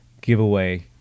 giveaway